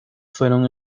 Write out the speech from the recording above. fueron